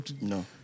No